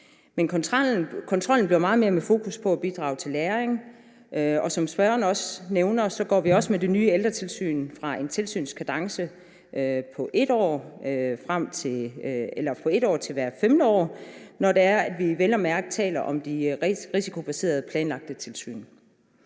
Men kontrollen får meget mere fokus på at bidrage til læring, og som spørgeren også nævner, går vi også med den nye ældretilsyn fra en tilsynskadence på et år til hver femte år, når vi vel at mærke taler om de risikobaserede planlagte tilsyn.